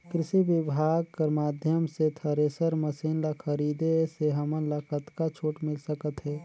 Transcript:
कृषि विभाग कर माध्यम से थरेसर मशीन ला खरीदे से हमन ला कतका छूट मिल सकत हे?